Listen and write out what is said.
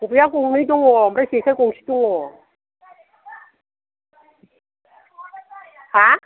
ख'बायआ गंनै दङ ओमफ्राय जेखाइ गंसे दङ हा